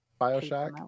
Bioshock